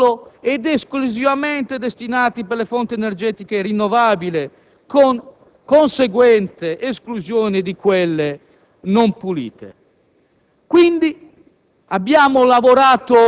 in modo che gli incentivi siano solo ed esclusivamente destinati alle fonti energetiche rinnovabili con conseguente esclusione di quelle non pulite.